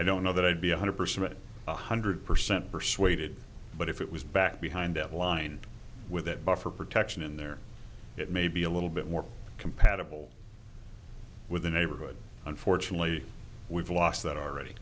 i don't know that i'd be one hundred percent one hundred percent persuaded but if it was back behind that line with that buffer protection in there it may be a little bit more compatible with the neighborhood unfortunately we've lost that already